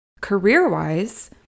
career-wise